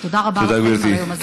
ותודה רבה לכם על היום הזה.